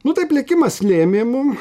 nu taip likimas lėmė mum